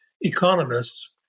economists